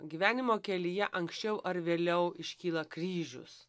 gyvenimo kelyje anksčiau ar vėliau iškyla kryžius